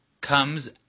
comes